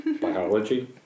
biology